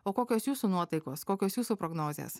o kokios jūsų nuotaikos kokios jūsų prognozės